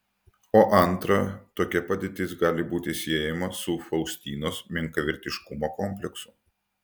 o antra tokia padėtis gali būti siejama su faustinos menkavertiškumo kompleksu